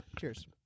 Cheers